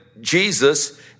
Jesus